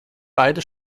beide